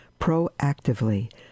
proactively